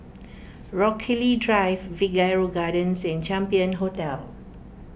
Rochalie Drive Figaro Gardens and Champion Hotel